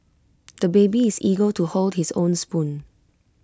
the baby is eager to hold his own spoon